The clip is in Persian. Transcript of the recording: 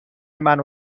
منو